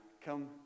come